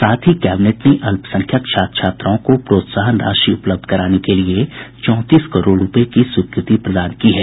साथ ही कैबिनेट ने अल्पसंख्यक छात्र छात्राओं को प्रोत्साहन राशि उपलब्ध कराने के लिए चौंतीस करोड़ रुपये की स्वीकृति प्रदान की है